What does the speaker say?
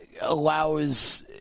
allows